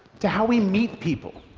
to how we meet people.